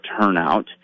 turnout